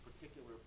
particular